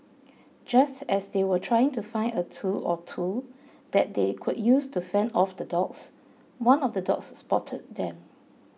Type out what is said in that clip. just as they were trying to find a tool or two that they could use to fend off the dogs one of the dogs spotted them